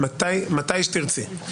מתי שתרצי.